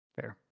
fair